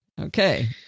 okay